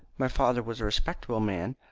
my father was a respectable man,